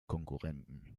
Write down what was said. konkurrenten